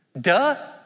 Duh